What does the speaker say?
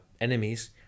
enemies